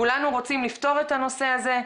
כולנו רוצים לפתור את הנושא הזה,